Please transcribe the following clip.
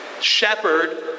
shepherd